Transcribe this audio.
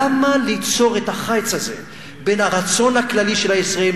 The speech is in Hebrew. למה ליצור את החיץ הזה בין הרצון הכללי של הישראלים